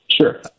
Sure